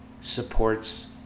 supports